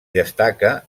destaca